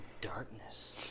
darkness